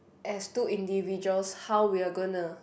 as two individuals how we are going to